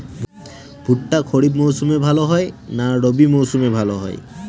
ভুট্টা খরিফ মৌসুমে ভাল হয় না রবি মৌসুমে ভাল হয়?